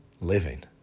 living